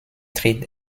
tritt